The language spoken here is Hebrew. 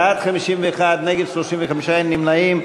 בעד, 51, נגד, 35, אין נמנעים.